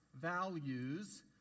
Values